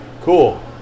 cool